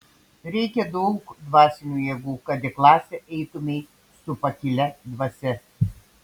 reikia daug dvasinių jėgų kad į klasę eitumei su pakilia dvasia